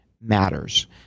matters